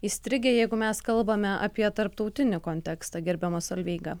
įstrigę jeigu mes kalbame apie tarptautinį kontekstą gerbiama solveiga